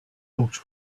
books